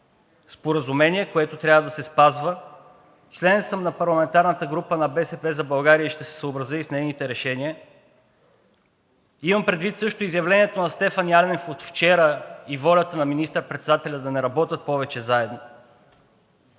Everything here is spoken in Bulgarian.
споразумение, което трябва да се спазва, член съм на парламентарната група на „БСП за България“ и ще се съобразя с нейните решения, имам предвид също изявлението на Стефан Янев от вчера и волята на министър-председателя да не работят повече заедно,